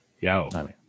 yo